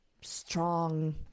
strong